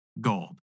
Gold